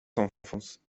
s’enfonce